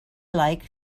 like